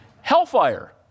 Hellfire